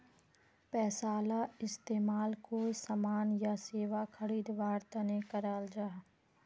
पैसाला इस्तेमाल कोए सामान या सेवा खरीद वार तने कराल जहा